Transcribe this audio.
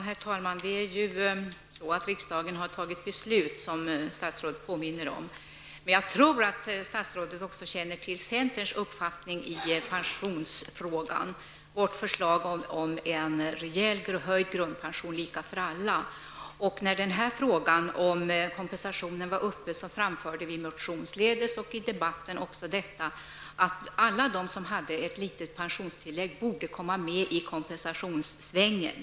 Herr talman! Som statsrådet påminner om har riksdagen fattat beslut, men jag tror att statsrådet också känner till centerns uppfattning i pensionsfrågan. Vårt förslag är en rejäl, höjd grundpension, lika för alla. När frågan om kompensationen var uppe till behandling framförde vi motionsledes och i debatten också att alla de som hade ett litet pensionstillägg borde komma med i kompensationssvängen.